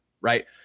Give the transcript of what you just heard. Right